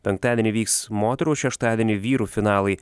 penktadienį vyks moterų o šeštadienį vyrų finalai